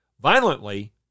violently